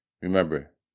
Remember